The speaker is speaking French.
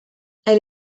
elle